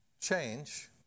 change